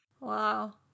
Wow